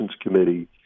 Committee